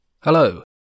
Hello